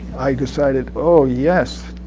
i decided oh yes,